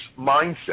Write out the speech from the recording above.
mindset